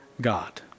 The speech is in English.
God